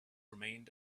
remained